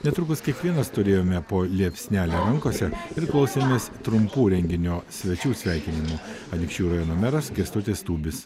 netrukus kiekvienas turėjome po liepsnelę rankose ir klausėmės trumpų renginio svečių sveikinimų anykščių rajono meras kęstutis tubis